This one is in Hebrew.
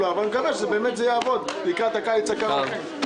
אבל אני מקווה שבאמת זה יעבוד לקראת הקיץ הקרוב.